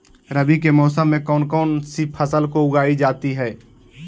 रवि के मौसम में कौन कौन सी फसल को उगाई जाता है?